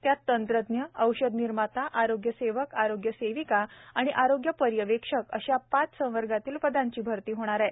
त्यात तंत्रज्ञ औषध निर्माता आरोग्य सेवक आरोग्य सेविका आणि आरोग्य पर्यवेक्षक अशा पाच संवर्गातील पदांची ही भरती होणार आहे